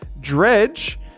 Dredge